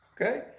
Okay